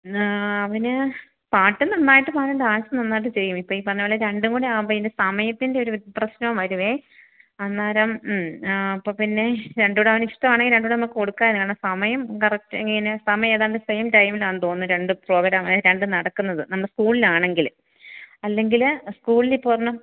അവൻ പാട്ട് നന്നായിട്ട് പാടും ഡാൻസ് നന്നായിട്ട് ചെയ്യും ഇപ്പം ഈ പറഞ്ഞത് പോലെ രണ്ടുംകൂടി ആകുമ്പോഴെത്തേക്കിന് സമയത്തിൻ്റെ ഒരു പ്രശ്നവും വരുവേ അന്നേരം അപ്പോൾ പിന്നേ രണ്ടും കൂടെ അവന് ഇഷ്ടമാണെങ്കിൽ രണ്ടും കൂടെ അവന് കൊടുക്കാമായിരുന്നു സമയം കറക്ട് ഇങ്ങനെ സമയം ഏതാണ്ട് സെയിം ടൈം ആണെന്ന് തോന്നുന്നു രണ്ടു പ്രോഗ്രാം രണ്ടും നടക്കുന്നത് നമ്മൾ സ്കൂളിലാണെങ്കിൽ അല്ലെങ്കിൽ സ്കൂളിൽ ഇപ്പോൾ ഒരെണ്ണം